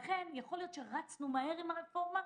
לכן יכול להיות שרצנו מהר עם הרפורמה.